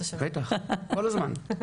בטח, כל הזמן.